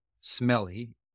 smelly